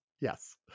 Yes